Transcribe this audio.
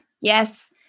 Yes